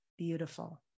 Beautiful